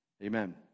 amen